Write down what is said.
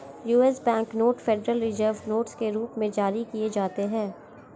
US bank note federal reserve notes के रूप में जारी किए जाते हैं